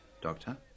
doctor